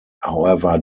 however